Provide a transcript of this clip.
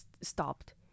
stopped